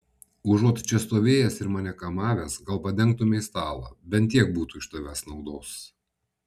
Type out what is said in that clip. užuot čia stovėjęs ir mane kamavęs gal padengtumei stalą bent tiek būtų iš tavęs naudos